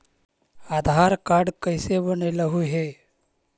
आधार card कईसे बनैलहु हे?